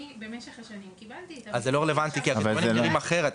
אני במשך השנים קיבלתי --- אז זה לא רלוונטי כי --- נראים אחרת.